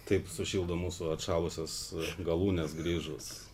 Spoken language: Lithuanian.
taip sušildo mūsų atšalusias galūnes grįžus